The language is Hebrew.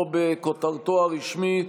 או בכותרתו הרשמית: